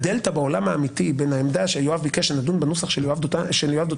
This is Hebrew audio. הדלתא בעולם האמיתי בין העדה שיואב ביקש שנדון בנוסח של יואב דותן,